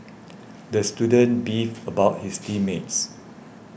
the student beefed about his team mates